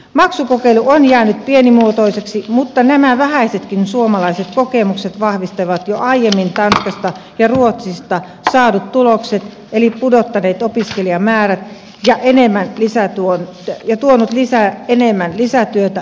maksukokeilu on jäänyt pienimuotoiseksi mutta nämä vähäisetkin suomalaiset kokemukset vahvistavat jo aiemmin tanskasta ja ruotsista saadut tulokset eli se on pudottanut opiskelijamäärät ja tuonut enemmän lisätyötä ja lisää tuloja